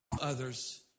Others